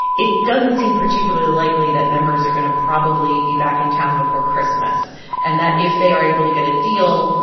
it doesn't seem particularly likely that members are going to probably be back in town before christmas and that if they are able to get a deal,